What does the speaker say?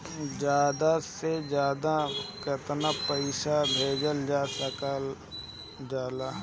ज्यादा से ज्यादा केताना पैसा भेजल जा सकल जाला?